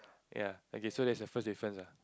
ya okay so that's the first difference ah